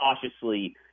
cautiously